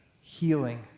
healing